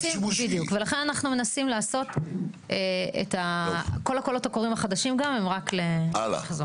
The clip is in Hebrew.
ולכן אנחנו מנסים לעשות את כל הקולות הקוראים החדשים גם הם רק למחזור.